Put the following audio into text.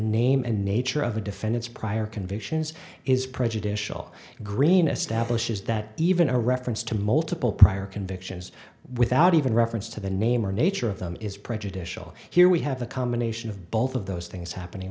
name and nature of the defendant's prior convictions is prejudicial green establishes that even a reference to multiple prior convictions without even reference to the name or nature of them is prejudicial here we have the combination of both of those things happening